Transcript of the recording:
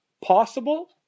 possible